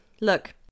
Look